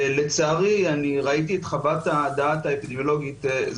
ראיתי את חוות הדעת האפידמיולוגית זה